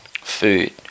Food